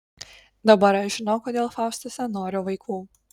dabar aš žinau kodėl faustas nenori vaikų